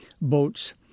boats